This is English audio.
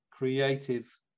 creative